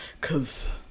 cause